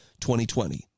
2020